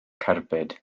cerbyd